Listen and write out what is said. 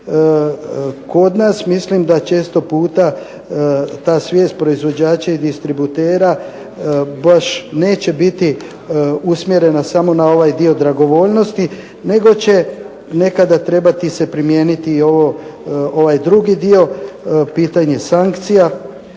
kod nas mislim da često puta ta svijest proizvođača i distributera baš neće biti usmjerena samo na ovaj dio dragovoljnosti nego će nekada trebati se primijeniti i ovaj drugi dio pitanje sankcija,